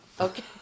Okay